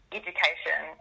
education